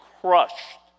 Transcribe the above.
crushed